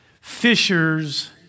fishers